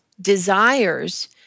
desires